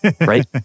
Right